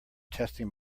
testing